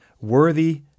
worthy